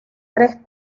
tres